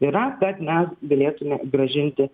yra kad mes galėtume grąžinti